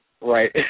Right